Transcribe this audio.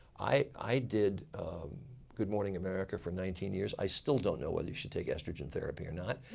i i did good morning america for nineteen years. i still don't know whether you should take estrogen therapy or not.